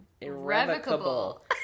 irrevocable